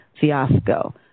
fiasco